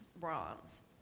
bronze